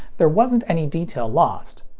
there wasn't any detail lost.